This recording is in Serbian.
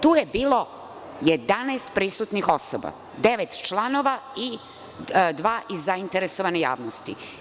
Tu je bilo 11 prisutnih osoba, devet članova i dva iz zainteresovane javnosti.